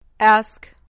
Ask